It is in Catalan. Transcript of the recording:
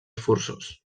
forçós